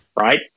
right